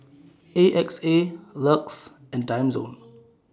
A X A LUX and Timezone